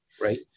Right